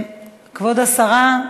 כבוד השרה,